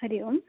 हरिः ओम्